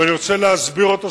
ואני רוצה להסביר אותו,